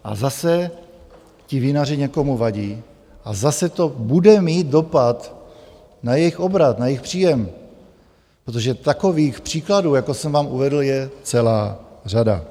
A zase ti vinaři někomu vadí a zase to bude mít dopad na jejich obrat, na jejich příjem, protože takových příkladů, jako jsem vám uvedl, je celá řada.